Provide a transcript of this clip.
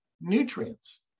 nutrients